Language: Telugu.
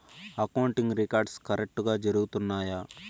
అకౌంటింగ్ రికార్డ్స్ కరెక్టుగా జరుగుతున్నాయా